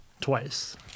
twice